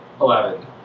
Eleven